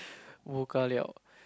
Wu Ga Liao